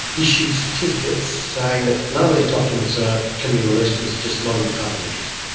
issued certificates saying that none of these documents ah can be released because it's just not in the public interest.